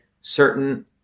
certain